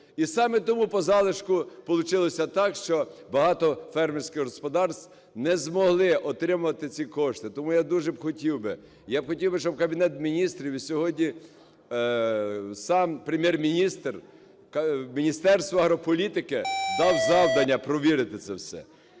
І саме тому, по залишку, получилося так, що багато фермерських господарств не змогли отримати ці кошти. Тому я дуже хотів би, я б хотів би, щоб Кабінет Міністрів, і сьогодні сам Прем'єр-міністр Міністерству агрополітики дав завдання провірити це все.